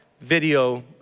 video